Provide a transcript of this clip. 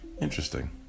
interesting